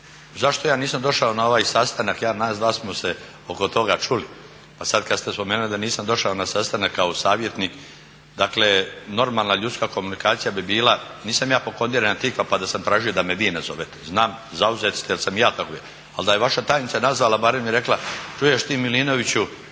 Zašto ja nisam došao na ovaj sastanak, nas dva smo se oko toga čuli, pa sada kada ste spomenuli da nisam došao na sastanak kao savjetnik, dakle normalna ljudska komunikacija bi bila nisam ja pokondirana tikva pa da sam tražio da me vi nazovete. Znam zauzeti ste jel sam i ja, ali da je vaša tajnica nazvala barem i rekla čuješ ti Milinoviću